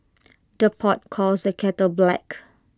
the pot calls the kettle black